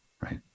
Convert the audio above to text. Right